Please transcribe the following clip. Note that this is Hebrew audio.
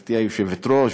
גברתי היושבת-ראש,